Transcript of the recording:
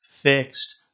fixed